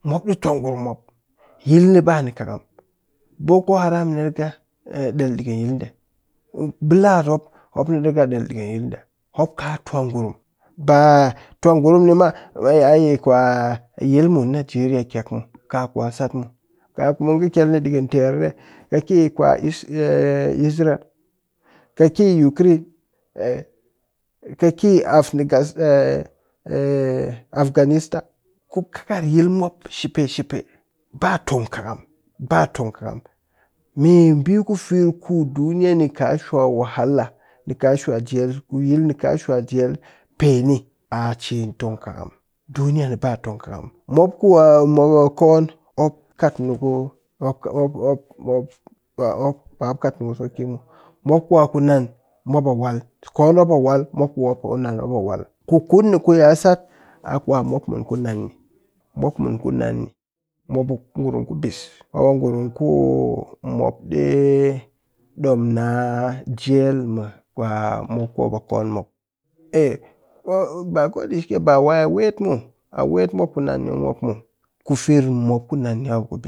Mop ɗii tuwa ngurum mop yil ni ba kɨkam boko haram ni del ɗikɨn yil ɗe ɓilat mop ni riga ɗel ɗikɨn yilɗe mop ka tuwa ngurum ba tuwa ngurun ni ma a yil mun nigeria kyek muw ka ku a sat muw ka kumun kɨ kyel ni ɗikɨn terɗe kɨ ki is kwe isreal kɨ ki ukrine, kɨ ki af. afganista ku kakar yil mop shipe shipe ba tong kɨkam ba tong kɨkam meɓi ku firr ku duniya ni ka shwa wahala nika shwa jel ni ka shwa jel peni ba tong kɨkam, duniya ni ba tongkɨkam. mop ku a mop a koon mop kat ni ku mop mop kwa mop ba mopkat ni ku sauki muw mop kwa mop a ku nan mop a wal mop kwa mop a koon mop a wal mop kwa kunan ni mop a wal. Ku kun ni ka ku yina sat mop mun kwa kunan ni, mop mun ku nan mop a ngurum ku bis mop a ngurum ku mop ɗi ɗom na jel mu mop ku mop a koon muw, ai ba kodashike ba mop a wet muw, a wet mop kunan ni muw ku firr mu mop kunan mop.